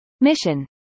Mission